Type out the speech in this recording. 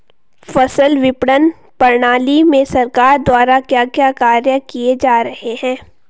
फसल विपणन प्रणाली में सरकार द्वारा क्या क्या कार्य किए जा रहे हैं?